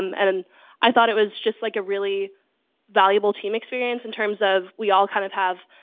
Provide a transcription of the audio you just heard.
um and and i thought it was just like a really valuable team experience in terms of we all kind of have,